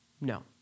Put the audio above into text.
No